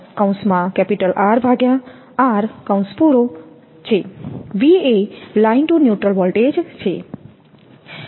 V એ line to neutral voltage છે